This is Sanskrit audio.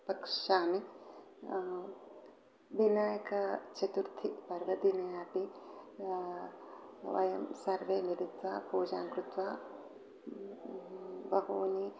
पक्ष्यामि विनायकचतुर्थीपर्वदिने अपि वयं सर्वे मिलित्वा पूजां कृत्वा बहूनि